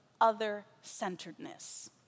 other-centeredness